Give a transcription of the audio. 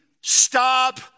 stop